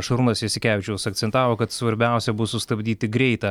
šarūnas jasikevičiaus akcentavo kad svarbiausia bus sustabdyti greitą